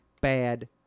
bad